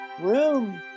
Room